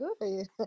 good